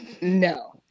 no